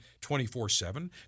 24-7